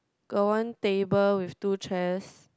got one table with two chairs